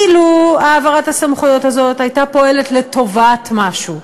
אילו העברת הסמכויות הזאת הייתה פועלת לטובת משהו,